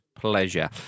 pleasure